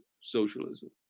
socialism